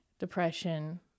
depression